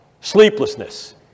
sleeplessness